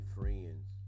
friends